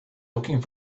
looking